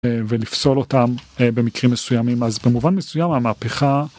ולפסול אותם במקרים מסוימים אז במובן מסוים המהפכה.